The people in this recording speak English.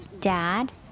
Dad